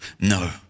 No